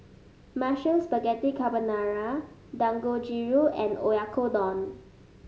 Mushroom Spaghetti Carbonara Dangojiru and Oyakodon